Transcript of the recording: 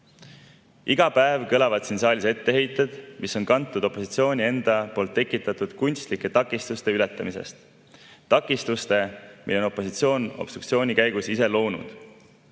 Iga päev kõlavad siin saalis etteheited, mis on kantud opositsiooni enda tekitatud kunstlike takistuste ületamisest. Takistuste, mille on opositsioon obstruktsiooni käigus ise loonud.